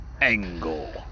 Angle